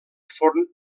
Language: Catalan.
forn